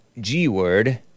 G-word